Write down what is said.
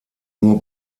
nur